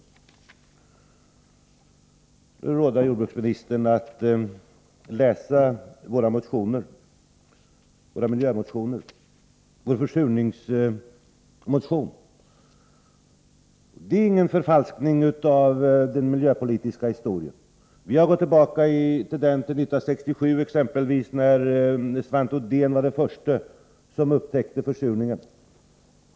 Jag skulle råda jordbruksministern att läsa våra miljömotioner och vår försurningsmotion. De innebär ingen förfalskning av den miljöpolitiska historien. Vi har gått tillbaka till 1967, när Svante Odén upptäckte försurningen.